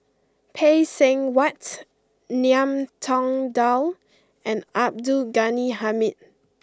Phay Seng Whatt Ngiam Tong Dow and Abdul Ghani Hamid